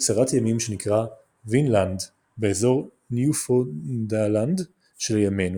קצרת-ימים שנקראה וינלאנד באזור ניופאונדלנד של ימינו,